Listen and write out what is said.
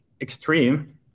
extreme